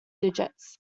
digits